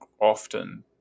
often